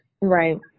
right